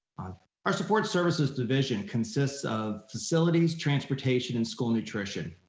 our support services division consists of facilities, transportation and school nutrition.